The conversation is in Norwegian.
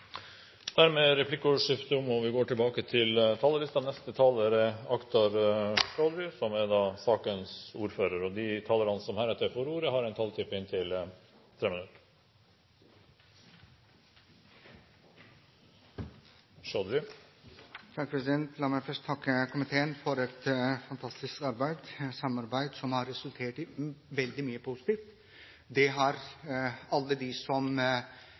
Replikkordskiftet er omme. De talere som heretter får ordet, har en taletid på inntil 3 minutter. La meg først få takke komiteen for et fantastisk arbeid og et samarbeid som har resultert i veldig mye positivt. Det er alle de som